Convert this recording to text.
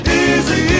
easy